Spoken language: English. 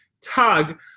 tug